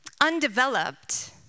undeveloped